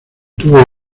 tuvo